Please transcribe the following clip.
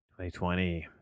2020